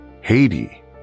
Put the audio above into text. Haiti